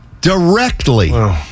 directly